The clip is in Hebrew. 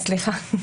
סליחה,